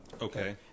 Okay